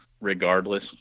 regardless